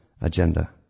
agenda